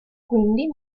quindi